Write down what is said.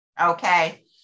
okay